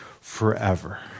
forever